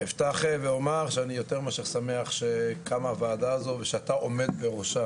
אפתח ואומר שאני יותר מאשר שמח שקמה הוועדה הזו ושאתה עומד בראשה,